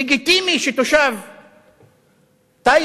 לגיטימי שתושב טייבה,